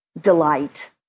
delight